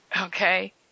Okay